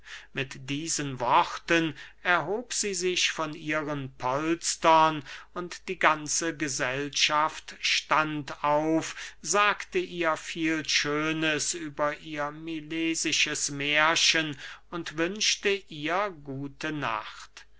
mit diesen worten erhob sie sich von ihren polstern und die ganze gesellschaft stand auf sagte ihr viel schönes über ihr milesisches mährchen und wünschte ihr gute nacht